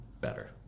better